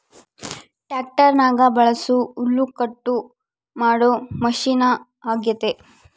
ಟ್ಯಾಕ್ಟರ್ನಗ ಬಳಸೊ ಹುಲ್ಲುಕಟ್ಟು ಮಾಡೊ ಮಷಿನ ಅಗ್ಯತೆ